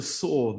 saw